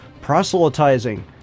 proselytizing